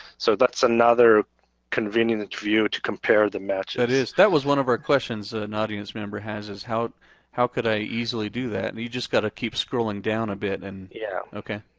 so that's another convenient view to compare the matches. that is, that was one of our questions an audience member has is how how could i easily do that? and you just got to keep scrolling down a bit and yeah. okay.